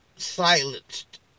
silenced